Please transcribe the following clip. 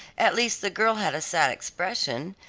at least the girl had a sad expression,